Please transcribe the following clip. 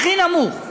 הכי נמוך,